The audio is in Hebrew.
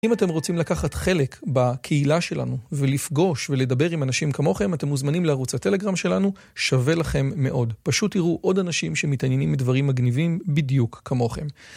אם אתם רוצים לקחת חלק בקהילה שלנו ולפגוש ולדבר עם אנשים כמוכם, אתם מוזמנים לערוץ הטלגרם שלנו, שווה לכם מאוד. פשוט תראו עוד אנשים שמתעניינים מדברים מגניבים בדיוק כמוכם.